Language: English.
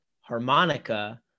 harmonica